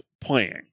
playing